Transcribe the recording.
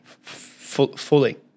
fully